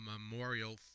Memorial